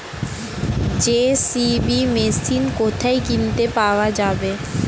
JCB machine কোথায় কিনতে পাওয়া যাবে?